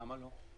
למה לא?